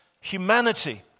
humanity